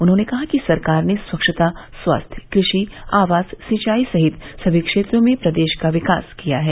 उन्होंने कहा कि सरकार ने स्वच्छता स्वास्थ्य कृषि आवास सिचंई सहित सभी क्षेत्रों में प्रदेश का विकास किया है